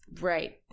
right